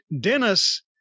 Dennis